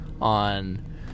on